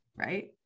right